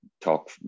talk